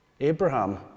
Abraham